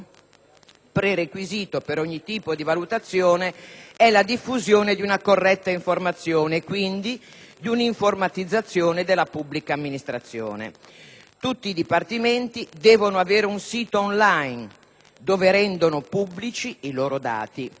Prerequisito per ogni tipo di valutazione è la diffusione di una corretta informazione, quindi un'informatizzazione della pubblica amministrazione. Tutti i dipartimenti devono avere un sito *on line* dove rendono pubblici i loro dati.